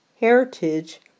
heritage